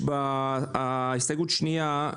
הסתייגות שנייה,